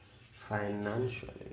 financially